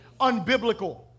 Unbiblical